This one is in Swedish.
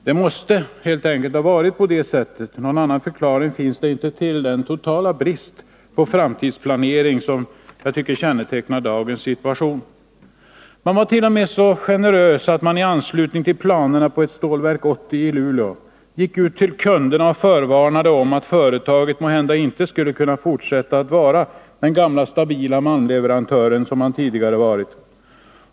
Det måste helt enkelt ha varit på det sättet. Någon annan förklaring finns inte till den totala brist på framtidsplanering som jag tycker kännetecknar dagens situation. Man vart.o.m. så generös att man i anslutning till planerna på ett Stålverk 80i Luleå gick ut till kunderna och förvarnade om att företaget måhända inte skulle kunna fortsätta att vara den gamla stabila malmleverantören, som det tidigare varit.